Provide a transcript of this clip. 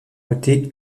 voté